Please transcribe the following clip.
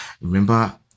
remember